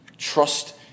Trust